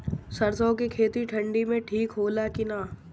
सरसो के खेती ठंडी में ठिक होला कि ना?